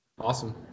Awesome